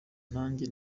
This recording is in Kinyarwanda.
nanjye